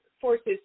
forces